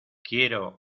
quiero